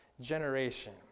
generation